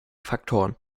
faktoren